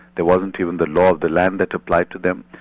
there wasn't even the law of the land that applied to them.